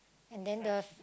and then the